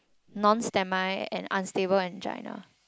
non semi and unstable angina